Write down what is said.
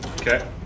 Okay